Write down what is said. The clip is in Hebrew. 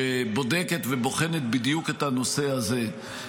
שבודקת ובוחנת בדיוק את הנושא הזה.